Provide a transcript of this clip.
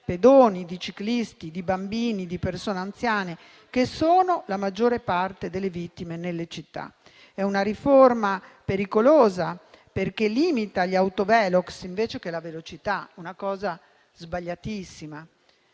pedoni, di ciclisti, di bambini e di persone anziane che sono la maggior parte delle vittime nelle città. È una riforma pericolosa perché limita gli autovelox invece che la velocità. [**Presidenza